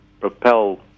propel